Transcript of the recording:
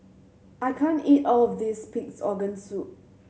I can't eat all of this Pig's Organ Soup